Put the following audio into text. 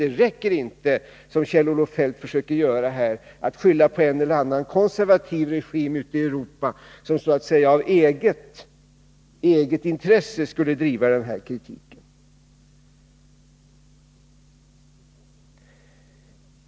Det räcker inte, som Kjell-Olof Feldt försöker göra, att skylla på en annan konservativ regim ute i Europa, som av eget intresse skulle driva denna kritik.